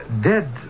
dead